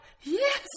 Yes